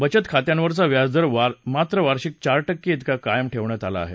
बचत खात्यांवरचा व्याज दर मात्र वार्षिक चार टक्के तिका कायम ठेवण्यात आला आहे